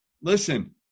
listen –